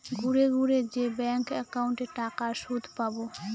ঘুরে ঘুরে যে ব্যাঙ্ক একাউন্টে টাকার সুদ পাবো